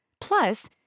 Plus